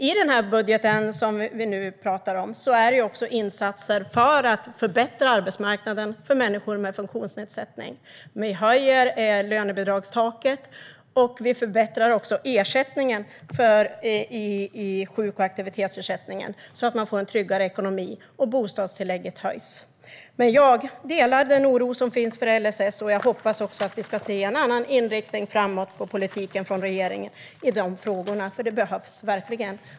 I den budget vi nu talar om finns också insatser för att förbättra arbetsmarknaden för människor med funktionsnedsättning. Vi höjer lönebidragstaket och förbättrar också sjuk och aktivitetsersättningen, så att man får en tryggare ekonomi, och bostadstillägget höjs. Jag delar oron för LSS, och jag hoppas att vi ska få se en annan inriktning framöver på regeringens politik i de frågorna, för det behövs verkligen.